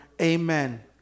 Amen